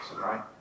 right